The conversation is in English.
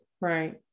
right